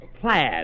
plaid